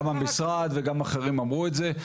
גם המשרד וגם אחרים אמרו את זה.